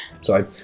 Sorry